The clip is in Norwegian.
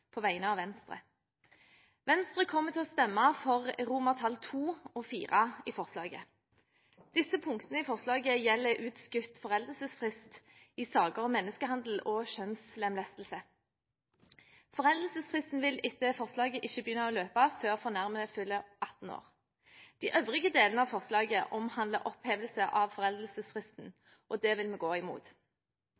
på vegne av Venstre. Venstre kommer til å stemme for II og IV i forslaget. Disse punktene i forslaget gjelder utskutt foreldelsesfrist i saker om menneskehandel og kjønnslemlestelse. Foreldelsesfristen vil etter forslaget ikke begynne å løpe før fornærmede fyller 18 år. De øvrige delene av forslaget omhandler opphevelse av foreldelsesfristen,